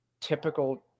typical